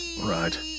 Right